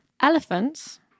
Elephants